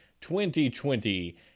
2020